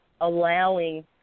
allowing